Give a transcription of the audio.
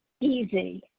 easy